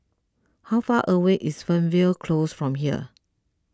how far away is Fernvale Close from here